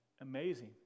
amazing